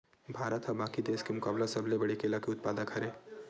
भारत हा बाकि देस के मुकाबला सबले बड़े केला के उत्पादक हरे